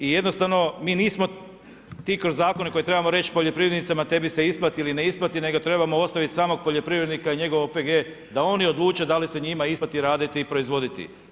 I jednostavno mi nismo ti koji trebamo reći poljoprivrednicima tebi se isplati ili ne isplati nego trebamo ostaviti samog poljoprivrednika i njegov OPG da oni odluče da li se njima isplati raditi i proizvoditi.